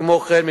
כמו כן,